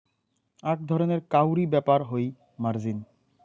আক ধরণের কাউরী ব্যাপার হই মার্জিন